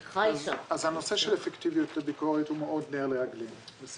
הנושא של אפקטיביות הביקורת הוא מאוד --- לבחון,